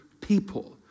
people